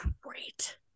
great